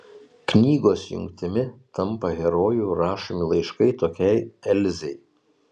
knygos jungtimi tampa herojų rašomi laiškai tokiai elzei